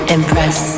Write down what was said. Impress